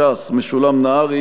ש"ס: משולם נהרי.